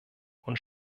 und